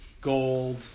Gold